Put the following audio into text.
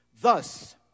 Thus